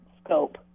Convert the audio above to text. scope